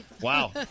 Wow